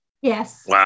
Yes